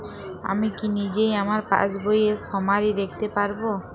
আমি কি নিজেই আমার পাসবইয়ের সামারি দেখতে পারব?